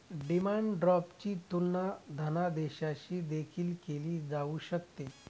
demand ड्राफ्टची तुलना धनादेशाशी देखील केली जाऊ शकते